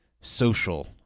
social